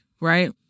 right